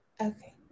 Okay